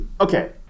Okay